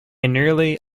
nearly